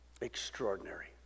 Extraordinary